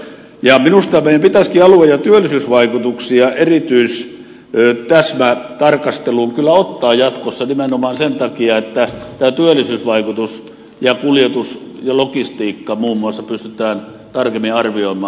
minusta meidän pitäisikin alue ja työllisyysvaikutuksia erityistäsmätarkasteluun kyllä ottaa jatkossa nimenomaan sen takia että tämä työllisyysvaikutus ja kuljetus ja logistiikka muun muassa pystytään tarkemmin arvioimaan